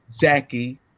Jackie